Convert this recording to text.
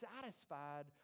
satisfied